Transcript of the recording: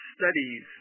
studies